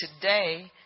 today